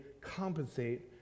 compensate